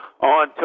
on